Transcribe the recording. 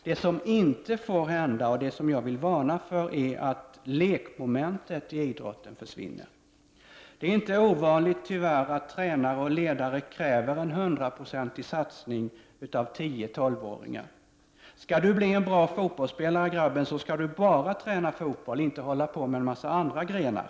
Det som inte får hända, och som jag vill varna för, är att lekmomentet i idrotten försvinner. Det är inte ovanligt, tyvärr, att tränare och ledare kräver en hundraprocentig satsning av 10—12-åringar. ”Skall du bli en bra fotbollsspelare, grabben, så skall du bara träna fotboll, inte hålla på med en massa andra grenar”.